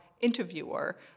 interviewer